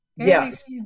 Yes